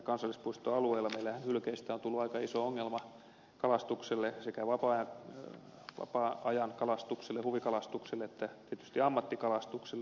meillähän hylkeistä on tullut aika iso ongelma kalastukselle sekä vapaa ajan kalastukselle huvikalastukselle että tietysti ammattikalastukselle